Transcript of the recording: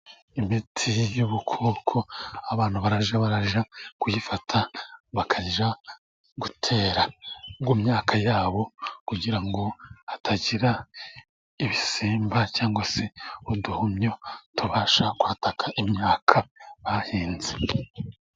Imiti y'ubukoko abantu barajya barajya kuyifata bakajya gutera mu myaka yabo, kugira ngo hatagira ibisimba cyangwa se uduhumyo tubasha kwataka imyaka bahinze.